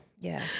Yes